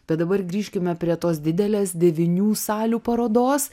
bet dabar grįžkime prie tos didelės devynių salių parodos